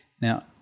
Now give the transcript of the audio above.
Now